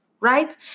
right